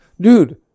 Dude